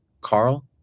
Carl